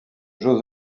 jeux